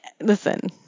listen